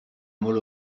molt